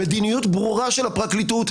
מדיניות ברורה של הפרקליטות,